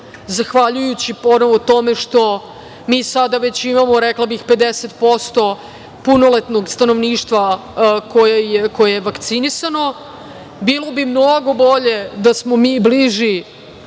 zahvaljujući ponovo tome što mi sada već imamo, rekla bih 50% punoletnog stanovništva koje je vakcinisano. Bilo bi mnogo bolje da smo mi bliži